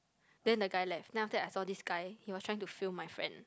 then the guy left then after that I saw this guy he was trying to film my friend